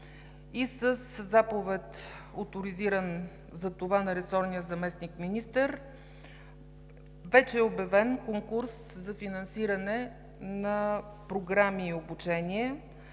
и със заповед на оторизиран затова на ресорния заместник-министър вече е обявен конкурс за финансиране на програми и обучения,